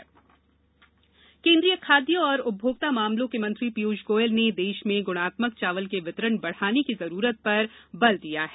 गुणवत्तापूर्ण चावल केन्द्रीय खाद्य और उपभोक्ता मामलों के मंत्री पीयूष गोयल ने देश में गुणात्मक चावल के वितरण बढाने की जरूरत पर बल दिया है